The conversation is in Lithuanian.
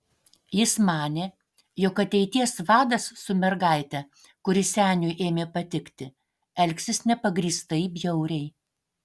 jis manė jog ateities vadas su mergaite kuri seniui ėmė patikti elgsis nepagrįstai bjauriai